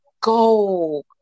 go